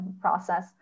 process